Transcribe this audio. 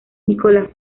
nicolás